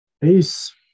Peace